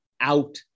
out